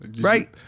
Right